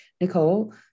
Nicole